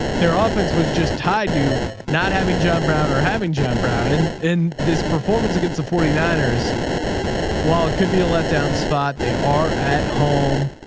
their office was just tied to not having john brown or having john brown and, and this performance against the forty nine ers while it could be a letdown spot, they are at home.